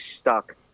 stuck